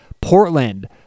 Portland